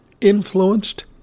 influenced